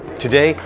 today,